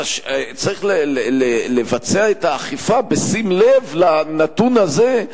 צריך לבצע את האכיפה בשים לב לנתון הזה,